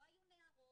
לא היו נערות,